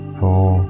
four